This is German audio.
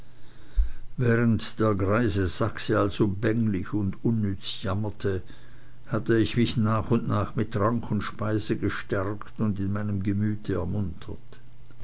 wahrend der greise sachse also bänglich und unnütz jammerte hatte ich mich nach und nach mit trank und speise gestärkt und in meinem gemüte ermuntert